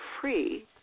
free